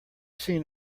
seen